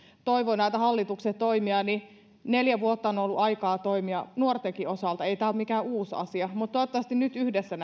toivottiin hallituksen toimia mutta neljä vuotta on on ollut aikaa toimia nuortenkin osalta ei tämä ole mikään uusi asia toivottavasti nyt yhdessä